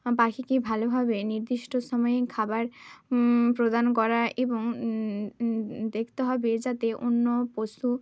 পাখিকে ভালোভাবে নির্দিষ্ট সময়ে খাবার প্রদান করা এবং দেখতে হবে যাতে অন্য বস্তু